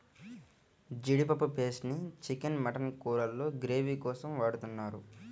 జీడిపప్పు పేస్ట్ ని chicken, mutton కూరల్లో గ్రేవీ కోసం వాడుతున్నారు